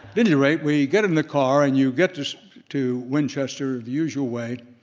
any rate, we get in the car and you get to winchester the usual way,